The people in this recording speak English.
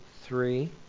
three